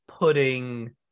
Putting